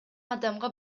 адамга